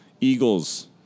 Eagles